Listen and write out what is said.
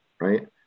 right